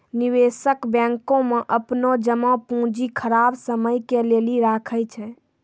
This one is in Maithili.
निवेशक बैंको मे अपनो जमा पूंजी खराब समय के लेली राखै छै